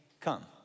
come